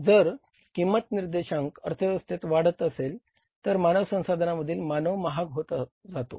जर किंमत निर्देशांक अर्थव्यवस्थेत वाढत असेल तर मानव संसाधनांमधील मानव महाग होत जातो